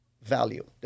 value